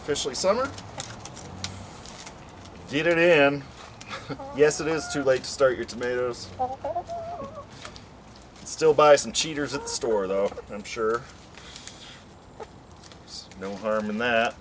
officially summer didn't end yes it is too late start your tomatoes still buy some cheaters at the store though i'm sure no harm in that